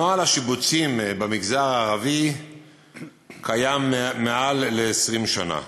נוהל השיבוצים במגזר הערבי קיים יותר מ-20 שנה.